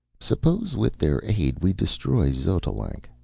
suppose with their aid we destroy xotalanc,